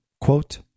quote